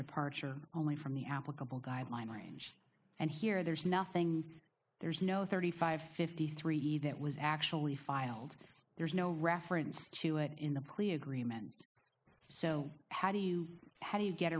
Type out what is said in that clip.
departure only from the applicable guidelines and here there's nothing there's no thirty five fifty three that was actually filed there's no reference to it in the plea agreement so how do you how do you get